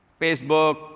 Facebook